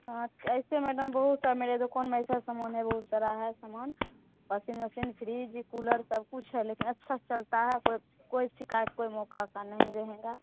हाँ ऐसे मैडम बहुत समय लेगा कौन मेरे साथ सम्भाले वो सारा सामान वासिंग मसीन फ्रिज कूलर सब कुछ है लेकिन अच्छा चलता है कोई कोई शिकायत कोई मौका वौका नहीं रहेगा